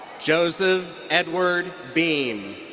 joseph edward beam.